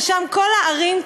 ושם כל הערים,